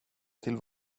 till